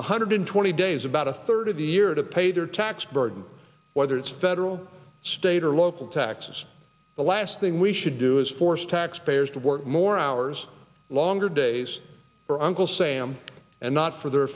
one hundred twenty days about a third of the year to pay their tax burden whether it's federal state or local taxes the last thing we should do is force taxpayers to work more hours longer days for uncle sam and not for their